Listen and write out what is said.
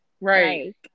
Right